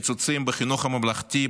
קיצוצים בחינוך הממלכתי,